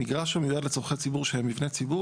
מגרש שמיועד לצורכי ציבור שהם מבני ציבור